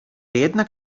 jednak